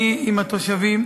אני עם התושבים.